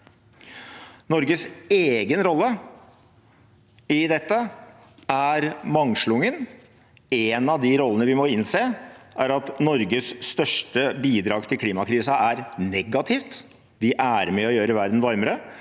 Norges egen rolle i dette er mangslungen. Vi må innse at Norges største bidrag til klimakrisen er negativt. Vi er med på å gjøre verden varmere,